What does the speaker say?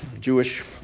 Jewish